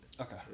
Okay